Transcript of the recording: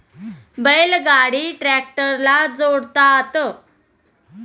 बैल गाडी ट्रॅक्टरला जोडतात